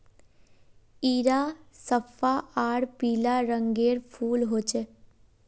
इरा सफ्फा आर पीला रंगेर फूल होचे